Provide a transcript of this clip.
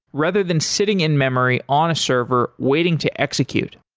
rather than sitting in memory on a server, waiting to execute.